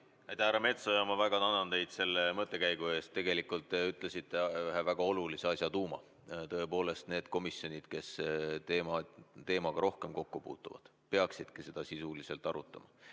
härra Metsoja! Ma väga tänan teid selle mõttekäigu eest. Te ütlesite välja ühe väga olulise asja tuuma. Tõepoolest, need komisjonid, kes teemaga rohkem kokku puutuvad, peaksidki seda sisuliselt arutama.